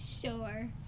Sure